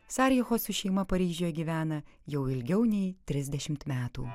sarijecho su šeima paryžiuje gyvena jau ilgiau nei trisdešimt metų